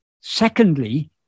Secondly